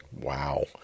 Wow